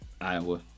Iowa